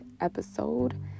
episode